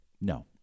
No